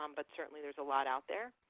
um but certainly there is a lot out there.